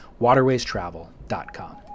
waterwaystravel.com